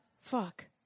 fuck